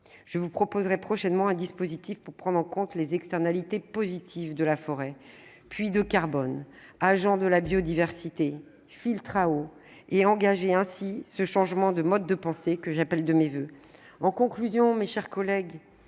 Je vous proposerai prochainement un dispositif pour prendre en compte les externalités positives de la forêt- puits de carbone, agent de la biodiversité et filtre à eau -et engager ainsi le changement de mode de pensée que j'appelle de mes voeux. En conclusion, monsieur le